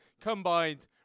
combined